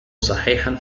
صحيحًا